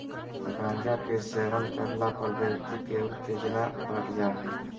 गांजा के सेवन करला पर व्यक्ति के उत्तेजना बढ़ जा हइ